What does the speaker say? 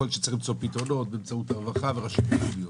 יכול להיות שצריך למצוא פתרונות באמצעות הרווחה ורשויות מקומיות,